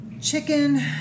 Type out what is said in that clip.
chicken